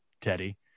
Teddy